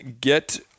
get